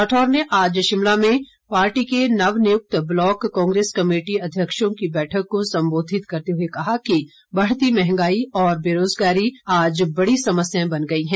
राठौर ने आज शिमला में पार्टी के नवनियुक्त ब्लॉक कांग्रेस कमेटी अध्यक्षों की बैठक को संबोधित करते हुए कहा कि बढ़ती महंगाई व बेरोजगारी आज बड़ी समस्याएं बन गई हैं